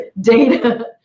data